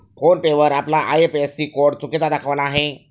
phone पे वर आपला IFSC code चुकीचा दाखविला आहे